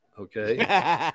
okay